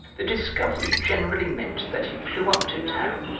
the discovery generally meant that he flew up to town,